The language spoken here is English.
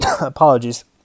apologies